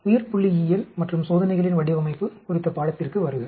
உயிர்புள்ளியியல் மற்றும் சோதனைகளின் வடிவமைப்பு குறித்த பாடத்திற்கு வருக